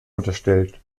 unterstellt